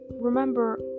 Remember